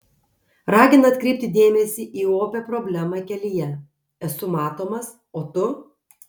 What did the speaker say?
ragina atkreipti dėmesį į opią problemą kelyje esu matomas o tu